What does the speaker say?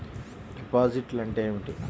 డిపాజిట్లు అంటే ఏమిటి?